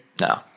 No